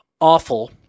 awful